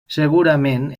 segurament